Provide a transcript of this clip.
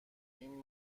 این